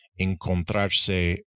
Encontrarse